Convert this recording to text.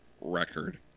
record